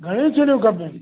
घणियूं सिरियूं खपनि